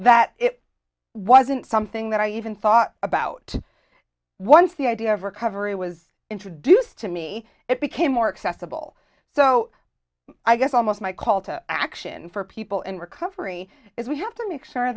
that it wasn't something that i even thought about once the idea of recovery was introduced to me it became more accessible so i guess almost my call to action for people in recovery is we have to make sure